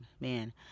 man